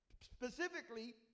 specifically